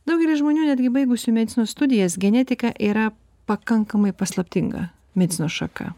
daugelis žmonių netgi baigusių medicinos studijas genetika yra pakankamai paslaptinga medicinos šaka